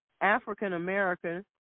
African-American